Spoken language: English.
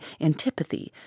antipathy